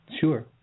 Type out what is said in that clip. Sure